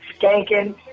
skanking